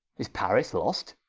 is paris lost?